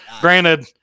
Granted